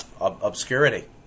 obscurity